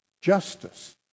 Justice